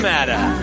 Matter